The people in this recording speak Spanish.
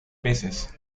peces